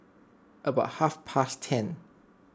about half past ten